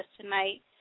tonight